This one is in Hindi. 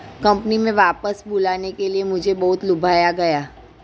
कंपनी में वापस बुलाने के लिए मुझे बहुत लुभाया गया